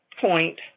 point